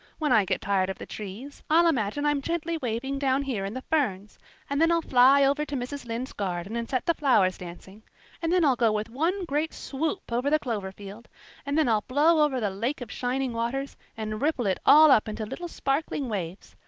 when i get tired of the trees i'll imagine i'm gently waving down here in the ferns and then i'll fly over to mrs. lynde's garden and set the flowers dancing and then i'll go with one great swoop over the clover field and then i'll blow over the lake of shining waters and ripple it all up into little sparkling waves.